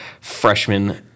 freshman